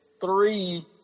three